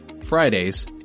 Fridays